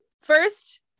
First